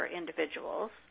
individuals